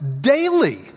Daily